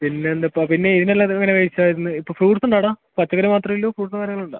പിന്നെ എന്താപ്പാ പിന്നെ ഈനെല്ലാം എങ്ങനെ പൈസ വരുന്നത് ഇപ്പോൾ ഫ്രൂട്ട്സുണ്ടാ അവിടെ പച്ചക്കറി മാത്രമേ ഉള്ളൂ ഫ്രൂട്ട്സും കാര്യങ്ങളും ഉണ്ടോ